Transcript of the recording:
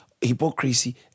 hypocrisy